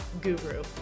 guru